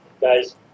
Guys